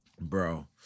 bro